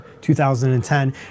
2010